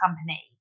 company